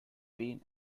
been